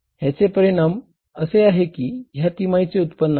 ह्याचे परिणाम असे आहे कि या तिमाहीचे उत्पन्न आहे